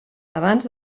abans